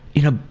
you know,